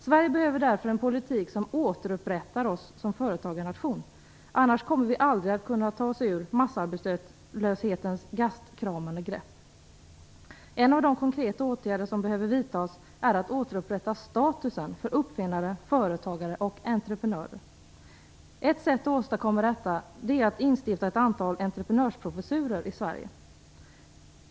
Sverige behöver därför en politik som återupprättar oss som företagarnation, annars kommer vi aldrig att kunna ta oss ur massarbetslöshetens gastkramande grepp. En av de konkreta åtgärder som behöver vidtas är att återupprätta statusen för uppfinnare, företagare och entreprenörer. Ett sätt att åstadkomma detta är att instifta ett antal entreprenörsprofessurer i Sverige.